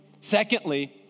Secondly